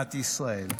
מדינת ישראל,